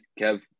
Kev